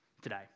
today